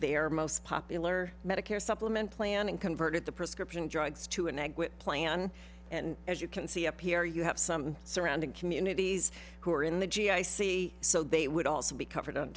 their most popular medicare supplement plan and converted the prescription drugs to an exit plan and as you can see up here you have some surrounding communities who are in the g i c so they would also be covered